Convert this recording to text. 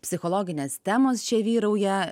psichologinės temos čia vyrauja